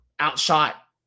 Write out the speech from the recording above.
outshot